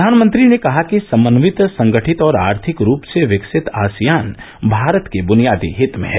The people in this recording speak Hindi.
प्रधानमंत्री ने कहा कि समन्वित संगठित और आर्थिक रूप से विकसित आसियान भारत के ब्रनियादी हित भें है